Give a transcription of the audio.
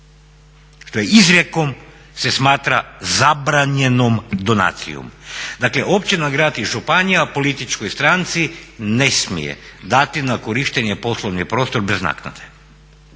što je izrijekom se smatra zabranjenom donacijom. Dakle, općina, grad i županija političkoj stranci ne smije dati na korištenje poslovni prostor bez naknade.